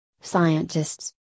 Scientists